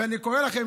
ואני קורא לכם,